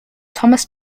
thomas